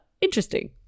interesting